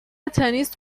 تنیس